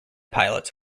pilots